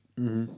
mmhmm